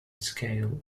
scale